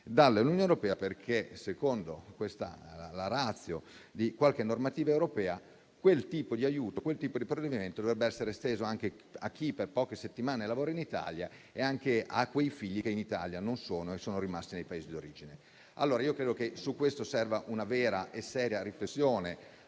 dall'Unione europea, perché secondo la *ratio* di qualche normativa europea, quel tipo di aiuto, quel tipo di provvedimento dovrebbe essere esteso anche a chi, per poche settimane, lavora in Italia e a quei figli che in Italia non sono e sono rimasti nei Paesi d'origine. Credo che su questo serva una vera e seria riflessione